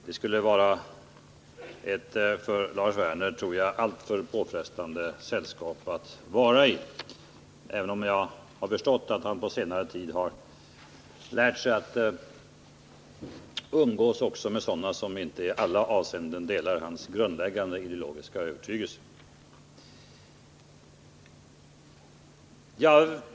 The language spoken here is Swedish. Det skulle vara, tror jag, ett för Lars Werner alltför påfrestande sällskap, även om jag har förstått att han på senare tid har lärt sig att umgås också med personer som inte i alla avseenden delar hans grundläggande ideologiska övertygelse.